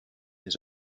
his